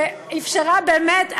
שאפשרה באמת,